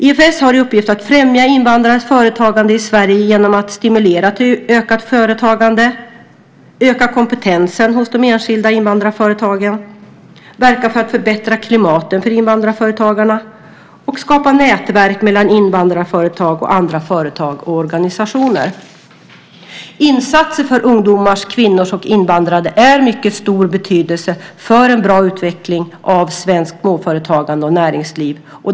IFS har i uppgift att främja invandrares företagande i Sverige genom att stimulera till ökat företagande, öka kompetensen hos de enskilda invandrarföretagarna, verka för att förbättra klimatet för invandrarföretagen och skapa nätverk mellan invandrarföretag och andra företag och organisationer. Insatser för ungdomar, kvinnor och invandrare är av mycket stor betydelse för en bra utveckling av svenskt småföretagande och näringsliv.